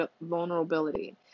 vulnerability